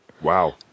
Wow